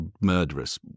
murderous